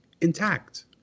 intact